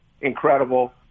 incredible